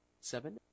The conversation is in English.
Seven